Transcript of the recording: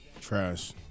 Trash